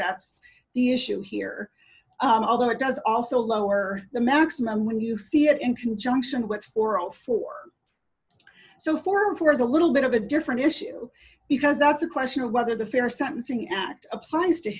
that's the issue here although it does also lower the maximum when you see it in conjunction with for all four so for our viewers a little bit of a different issue because that's a question of whether the fair sentencing act applies to